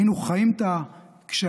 היינו חיים את הקשיים,